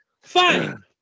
Fine